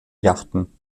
yachten